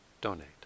donate